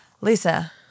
Lisa—